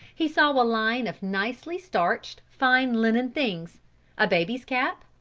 he saw a line of nicely-starched, fine linen things a baby's cap,